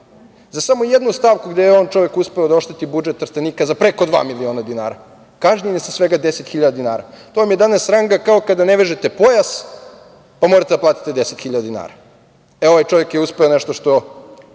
Za samo jednu stavku gde je on uspeo da ošteti budžet Trstenika za preko dva miliona dinara kažnjen je sa svega 10 hiljada dinara. To vam je danas ranga kao kada ne vežete pojas, pa morate da platite 10 hiljada dinara. Evo, ovaj čovek je uspeo nešto što